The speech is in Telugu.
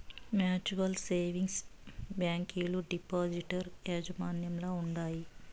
మ్యూచువల్ సేవింగ్స్ బ్యాంకీలు డిపాజిటర్ యాజమాన్యంల ఉండాయి